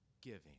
giving